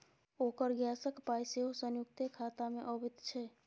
ओकर गैसक पाय सेहो संयुक्ते खातामे अबैत छै